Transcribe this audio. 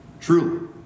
Truly